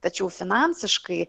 tačiau finansiškai